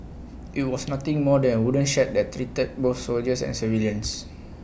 IT was nothing more than A wooden shed that treated both soldiers and civilians